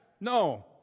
No